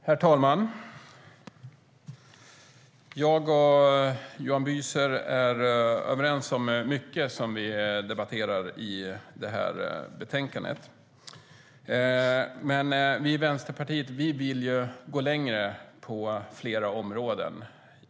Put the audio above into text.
Herr talman! Jag och Johan Büser är överens om mycket i betänkandet som vi debatterar. Men vi i Vänsterpartiet vill gå längre på flera områden.